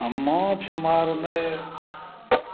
आ माछ मारनाइ तऽ